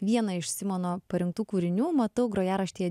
vieną iš simono parinktų kūrinių matau grojaraštyje